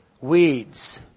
weeds